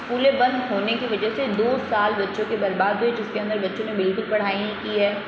स्कूलें बंद होने की वजह से दो साल बच्चों के बर्बाद हुए जिस के अंदर बच्चों ने बिलकुल पढ़ाई नहीं की है